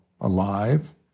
alive